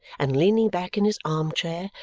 and leaning back in his arm-chair,